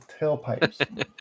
tailpipes